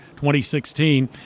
2016